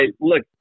look